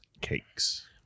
cakes